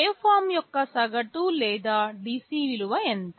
waveform యొక్క సగటు లేదా DC విలువ ఎంత